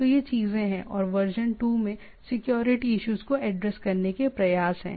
तो ये चीजें हैं और वर्जन 2 में सिक्योरिटी इश्यूज को एड्रेस करने के प्रयास हैं